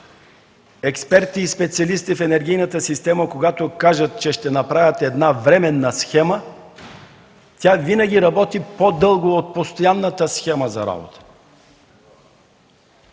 експерти и специалисти в енергийната система, когато кажат че ще направят временна схема, тя винаги работи по-дълго от постоянната схема за работа.